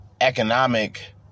economic